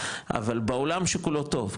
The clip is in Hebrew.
אבל בעולם שכולו טוב,